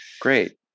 great